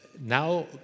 Now